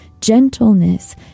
gentleness